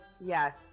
Yes